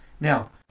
Now